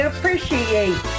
Appreciate